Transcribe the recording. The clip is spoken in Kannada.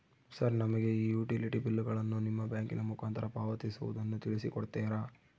ಸರ್ ನಮಗೆ ಈ ಯುಟಿಲಿಟಿ ಬಿಲ್ಲುಗಳನ್ನು ನಿಮ್ಮ ಬ್ಯಾಂಕಿನ ಮುಖಾಂತರ ಪಾವತಿಸುವುದನ್ನು ತಿಳಿಸಿ ಕೊಡ್ತೇರಾ?